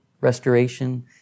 restoration